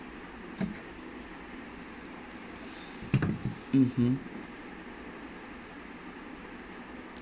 mmhmm